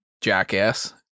Jackass